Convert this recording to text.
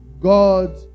God